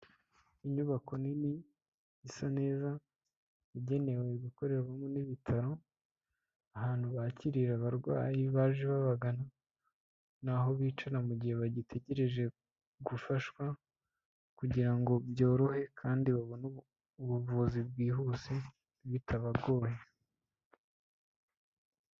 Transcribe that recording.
Inyubako nini isa neza igenewe gukorerwamo n'ibitaro ahantu bakirira abarwayi baje babagana n'aho bicara mu gihe bagitegereje gufashwa kugira ngo byorohe kandi babone ubuvuzi bwihuse bitabagoye.